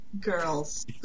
girls